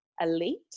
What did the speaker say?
elite